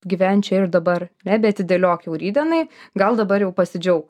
gyvent čia ir dabar nebeatidėliok jau rytdienai gal dabar jau pasidžiauk